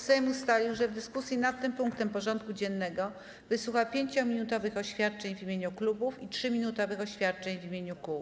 Sejm ustalił, że w dyskusji nad tym punktem porządku dziennego wysłucha 5-minutowych oświadczeń w imieniu klubów i 3-minutowych oświadczeń w imieniu kół.